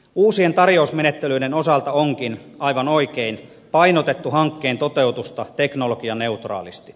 uusien tarjousmenettelyiden osalta onkin aivan oikein painotettu hankkeen toteutusta teknologianeutraalisti